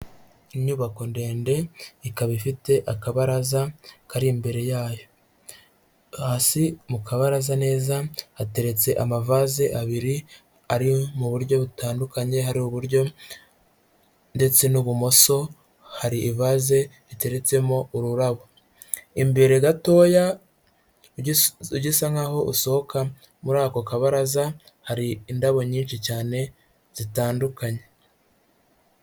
Inyubako ndende ikaba ifite akabaraza kari imbere yayo, hasi mukabaraza neza hateretse amavase abiri ari mu buryo butandukanye hariburyo ndetse n'ibumoso hari ibaze riteretsemo ururabo imbere gatoya gisa nkaho usohoka muri ako kabaraza hari indabo nyinshi cyane zitandukanye.